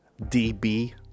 DB